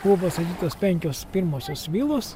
buvo pastatytos penkios pirmosios vilos